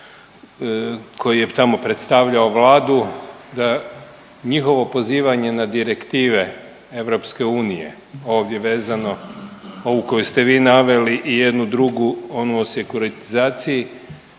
koji je tamo predstavljao Vladu da njihovo pozivanje na direktive EU ovdje vezano, ovu koju ste vi naveli i jednu drugu, onu o sekuritizaciji